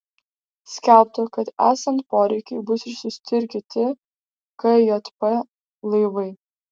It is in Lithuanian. skelbta kad esant poreikiui bus išsiųsti ir kiti kjp laivai